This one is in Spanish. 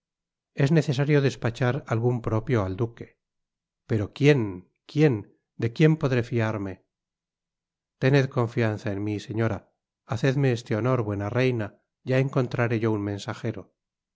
es necesario despachar algun propio al duque pero quien quien de quien podré fiarme tened confianza en mi señora hacedme este honor buena reina ya encontraré yo un mensagero